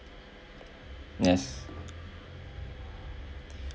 yes